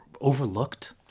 overlooked